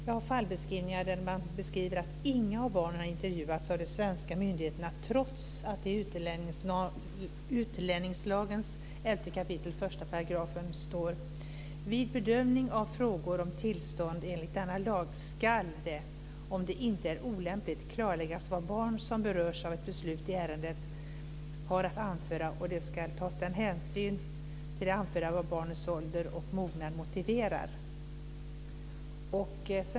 Det finns fallbeskrivningar där man beskriver att inga av barnen har intervjuats av de svenska myndigheterna trots att det i utlänningslagens 11 kap. 1 § står: "Vid bedömningen av frågor om tillstånd enligt denna lag skall det, om det inte är olämpligt, klarläggas vad barn som berörs av ett beslut i ärendet har att anföra och det skall tas den hänsyn till det anförda som barnets ålder och mognad motiverar."